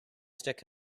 stick